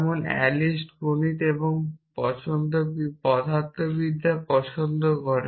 যেমন অ্যালিস গণিত এবং পদার্থবিদ্যা পছন্দ করে